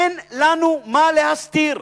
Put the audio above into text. אין לנו מה להסתיר.